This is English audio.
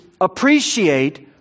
appreciate